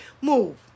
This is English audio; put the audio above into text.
Move